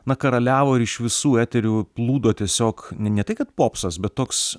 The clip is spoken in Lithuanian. na karaliavo ir iš visų eterių plūdo tiesiog ne ne tai kad popsas bet toks